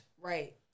Right